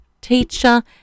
teacher